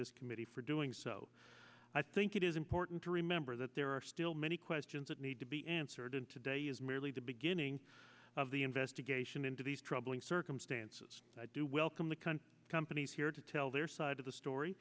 this committee for doing so i think it is important to remember that there are still many questions that need to be answered and today is merely the beginning of the investigation into these troubling circumstances i do welcome the cunt companies here to tell their side of the story